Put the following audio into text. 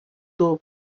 tub